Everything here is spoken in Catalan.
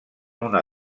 una